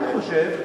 אני חושב,